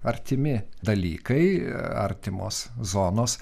artimi dalykai artimos zonos